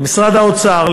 למשרד האוצר,